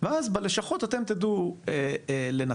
ואז בלשכות אתם תדעו לנתב,